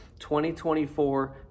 2024